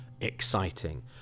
exciting